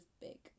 big